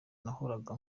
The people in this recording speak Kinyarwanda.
nahoraga